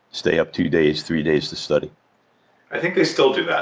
stay up two days, three days to study i think they still do that